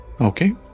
Okay